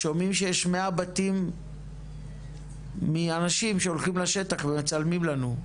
שומעים שיש 100 בתים מאנשים שהולכים לשטח ומצלמים לנו,